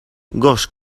gos